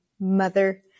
mother